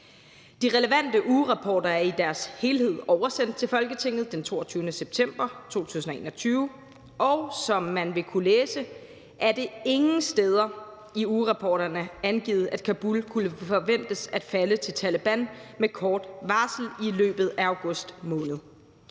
De relevante ugerapporter er i deres helhed oversendt til Folketinget den 22. september 2021, og som man vil kunne læse, er det ingen steder i ugerapporterne angivet, at Kabul kunne forventes at falde til Taleban med kort varsel i løbet af august måned.